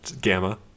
Gamma